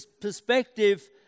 perspective